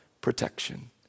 protection